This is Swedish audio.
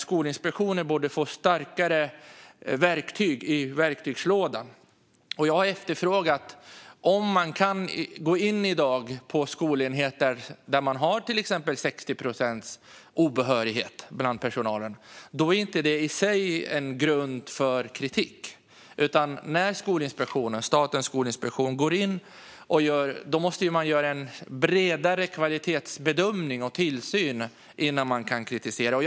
Skolinspektionen borde få starkare verktyg i sin verktygslåda. Jag har efterfrågat att man ska kunna gå in på skolenheter i dag där man till exempel har 60 procents obehörighet bland personalen. Detta vore inte i sig en grund för kritik, utan när Statens skolinspektion går in måste man göra en bredare kvalitetsbedömning och tillsyn innan man kan rikta kritik.